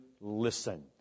listen